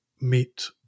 meet